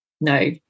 no